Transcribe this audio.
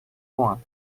one